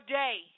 day